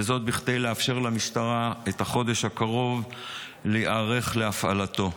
וזאת בכדי לאפשר למשטרת ישראל להיערך להפעלתו.